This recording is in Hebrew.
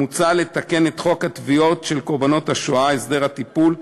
מוצע לתקן את חוק התביעות של קורבנות השואה (הסדר הטיפול),